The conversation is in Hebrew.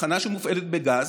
תחנה שמופעלת בגז